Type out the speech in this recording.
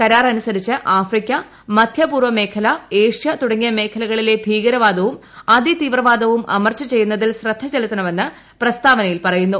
കരാർ അനുസരിച്ച് ആഫ്രിക്ക മദ്ധ്യ പൂർവ്വമേഖല ഏഷ്യ തുടങ്ങിയ മേഖലകളിലെ ഭീകരവാദവും അതിതീവ്രവാദവും അമർച്ച ചെയ്യുന്നതിൽ ശ്രദ്ധ ചെലുത്തുമെന്ന് പ്രസ്താവനയിൽ പറയുന്നു